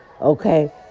Okay